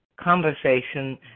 conversation